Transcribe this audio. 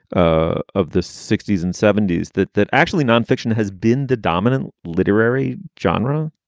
ah of the sixty s and seventy s, that that actually nonfiction has been the dominant literary genre?